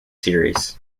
series